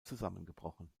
zusammengebrochen